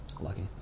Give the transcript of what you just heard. Lucky